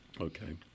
Okay